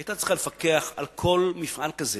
היא היתה צריכה לפקח על כל מפעל כזה,